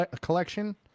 Collection